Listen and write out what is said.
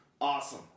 Awesome